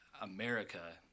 America